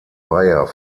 weiher